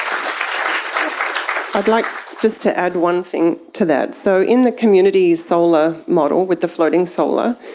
um i'd like just to add one thing to that. so in the community solar model with the floating solar,